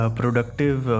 productive